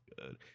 good